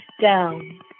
down